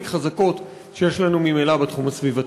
חזקות שיש לנו ממילא בתחום הסביבתי.